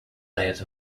layers